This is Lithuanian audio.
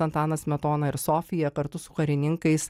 antanas smetona ir sofija kartu su karininkais